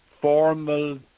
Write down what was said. formal